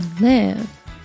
live